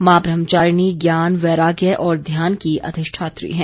मां ब्रहाम्चारिणी ज्ञान वैराग्य और ध्यान की अधिष्ठात्री हैं